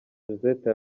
josette